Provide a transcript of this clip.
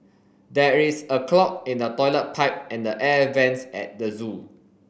there is a clog in the toilet pipe and the air vents at the zoo